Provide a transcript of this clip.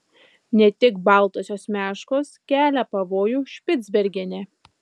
ne tik baltosios meškos kelia pavojų špicbergene